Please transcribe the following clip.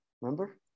remember